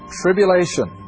tribulation